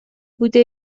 بوده